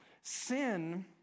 Sin